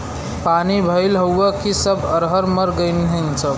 पानी भईल हउव कि सब अरहर मर गईलन सब